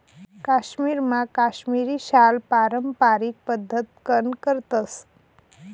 काश्मीरमा काश्मिरी शाल पारम्पारिक पद्धतकन करतस